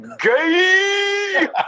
Gay